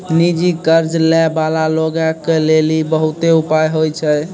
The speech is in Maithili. निजी कर्ज लै बाला लोगो के लेली बहुते उपाय होय छै